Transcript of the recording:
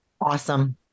Awesome